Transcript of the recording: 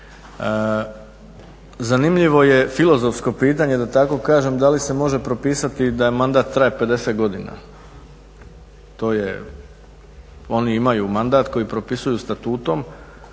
Zanimljivo je filozofsko pitanje da tako kažem da li se može propisati da mandat traje 50 godina. To je, oni imaju mandat koji propisuju statutom